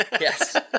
yes